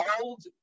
old